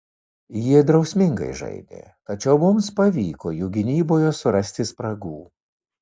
jie drausmingai žaidė tačiau mums pavyko jų gynyboje surasti spragų